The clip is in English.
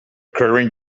current